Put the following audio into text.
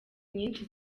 nyinshi